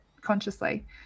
consciously